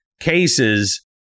cases